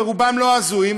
רובם לא הזויים,